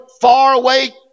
faraway